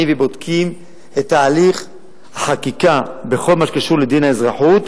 ובודקים את הליך החקיקה בכל מה שקשור לדין האזרחות.